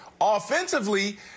Offensively